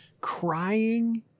crying